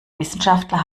wissenschaftler